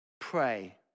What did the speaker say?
pray